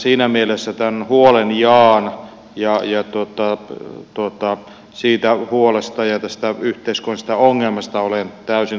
siinä mielessä tämän huolen jaan ja siitä huolesta ja tästä yhteiskunnallisesta ongelmasta olen täysin samaa mieltä